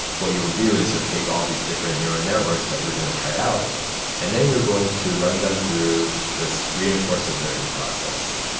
what you will do is you'll take all these different neural networks that you're going to try out and then you're going to run them through this reinforcement learning process.